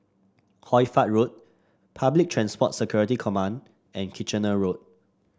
Hoy Fatt Road Public Transport Security Command and Kitchener Road